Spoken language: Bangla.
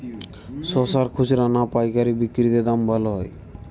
শশার খুচরা না পায়কারী বিক্রি তে দাম ভালো হয়?